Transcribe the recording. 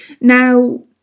Now